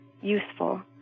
useful